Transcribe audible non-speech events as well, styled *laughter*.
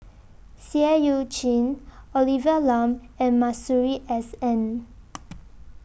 Seah EU Chin Olivia Lum and Masuri S N *noise*